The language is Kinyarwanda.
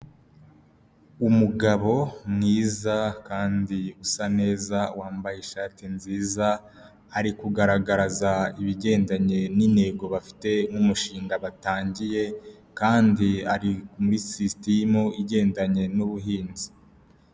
Umugabo mwiza kandi usa neza wambaye ishati nziza ari kugaragaza ibigendanye n'intego bafite nk'umushinga batangiye kandi ari muri sisitemu igendanye n'ubuhinzi.